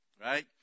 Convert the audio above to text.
Right